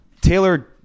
Taylor